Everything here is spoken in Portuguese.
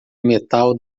metal